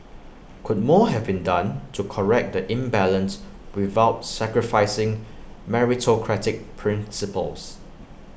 could more have been done to correct the imbalance without sacrificing meritocratic principles